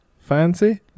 fancy